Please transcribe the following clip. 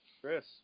chris